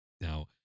Now